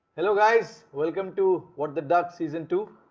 hello guys! welcome to what the duck season two.